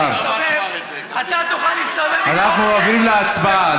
אתה תוכל להסתובב, אנחנו עוברים להצבעה.